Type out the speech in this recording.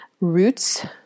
roots